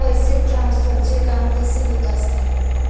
पैसे ट्रान्सफरचे काम कसे होत असते?